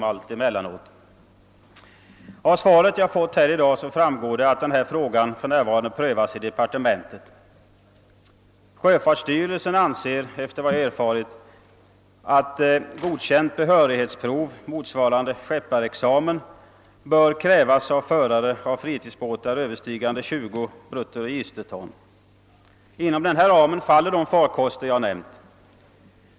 Av det svar jag i dag fått framgår att denna fråga för närvarande prövas inom <:kommunikationsdepartementet. Enligt var jag erfarit anser sjöfartsstyrelsen att godkänt behörighetsprov motsvarande skepparexamen bör krävas av förare av fritidsbåtar på över 20 bruttoregisterton. De farkoster jag nämnt faller inom denna ram.